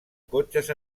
cotxes